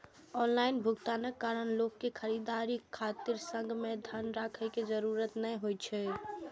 online भुगतानक कारण लोक कें खरीदारी खातिर संग मे धन राखै के जरूरत नै होइ छै